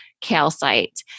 calcite